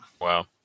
Wow